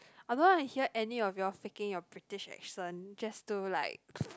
I don't want to hear any of you all faking your British accent just to like